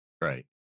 Right